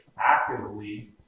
actively